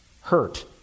hurt